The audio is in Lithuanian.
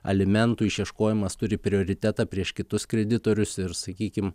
alimentų išieškojimas turi prioritetą prieš kitus kreditorius ir sakykim